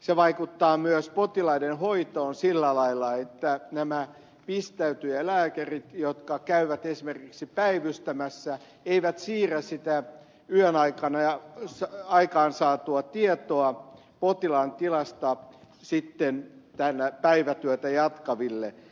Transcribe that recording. se vaikuttaa myös potilaiden hoitoon sillä lailla että nämä pistäytyjälääkärit jotka käyvät esimerkiksi päivystämässä eivät siirrä sitä yön aikana saatua tietoa potilaan tilasta sitten päivätyötä jatkaville